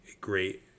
great